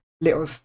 little